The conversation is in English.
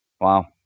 Wow